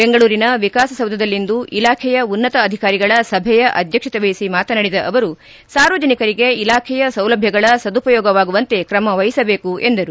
ಬೆಂಗಳೂರಿನ ವಿಕಾಸಸೌಧದಲ್ಲಿಂದು ಇಲಾಖೆಯ ಉನ್ನತ ಅಧಿಕಾರಿಗಳ ಸಭೆಯ ಅಧ್ಯಕ್ಷತೆ ವಹಿಸಿ ಮಾತನಾಡಿದ ಅವರು ಸಾರ್ವಜನಿಕರಿಗೆ ಇಲಾಖೆಯ ಸೌಲಭ್ಯಗಳ ಸದುಪಯೋಗವಾಗುವಂತೆ ಕ್ರಮ ವಹಿಸಬೇಕು ಎಂದರು